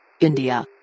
India